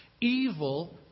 evil